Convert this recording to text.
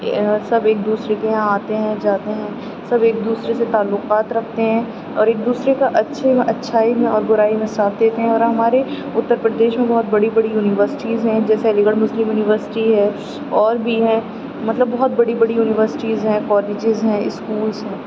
سب ایک دوسرے کے یہاں آتے ہیں جاتے ہیں سب ایک دوسرے سے تعلقات رکھتے ہیں اور ایک دوسرے کا اچھے میں اچھائی میں اور برائی میں ساتھ دیتے ہیں اور ہمارے اتر پردیش میں بہت بڑی بڑی یونیورسٹیز ہیں جیسے علی گڑھ مسلم یونیورسٹی ہے اور بھی ہیں مطلب بہت بڑی بڑی یونیورسٹیز ہیں کالجز ہیں اسکولس ہیں